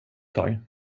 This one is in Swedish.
tag